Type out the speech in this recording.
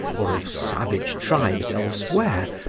or of savage tribes elsewhere,